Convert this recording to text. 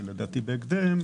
ולדעתי בהקדם,